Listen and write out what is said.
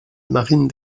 marine